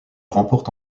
remporte